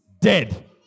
dead